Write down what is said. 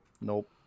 Nope